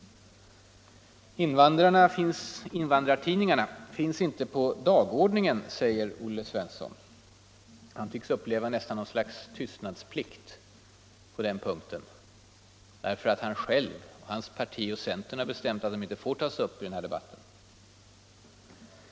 Invandrartidningarna finns inte på dagordningen, säger Olle Svensson. Han tycks uppleva detta nästan som något slags tystnadsplikt för sig själv att hans parti och centern har bestämt att de tidningarna inte får tas upp i den här debatten.